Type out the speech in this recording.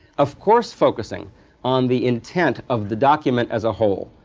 of course focusing on the intent of the document as a whole,